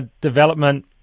development